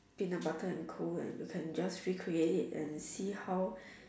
peanut butter and coal right you can just recreate it and see how